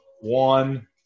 one